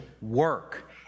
work